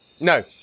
No